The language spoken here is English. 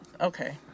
Okay